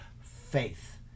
faith